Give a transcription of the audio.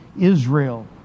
Israel